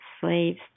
slaves